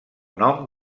nom